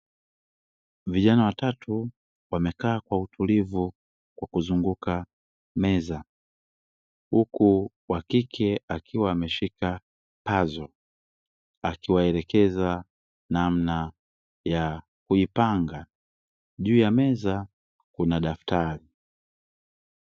Vijana watatu wamekaa kwa utulivu kwa kuzunguka meza huku wakike akiwa ameshika pazo, akiwaelekeza namna ya kuipanga, juu ya meza kuna daftari.